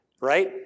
right